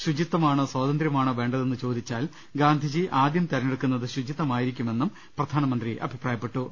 ശുചിത്വമാണോ സ്വാതന്ത്ര്യമാണോ വേണ്ടതെന്ന് ചോദിച്ചാൽ ഗാന്ധിജി ആദ്യം തെരഞ്ഞെടുക്കു ന്നത് ശുചിത്വമായിരിക്കുമെന്നും പ്രധാനമന്ത്രി അഭിപ്രായപ്പെട്ടു